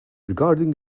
regarding